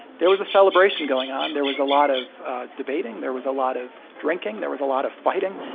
there was a celebration going on. there was a lot of debating. there was a lot of drinking. there was a lot of fighting.